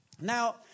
Now